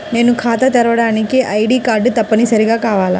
నేను ఖాతా తెరవడానికి ఐ.డీ కార్డు తప్పనిసారిగా కావాలా?